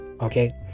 Okay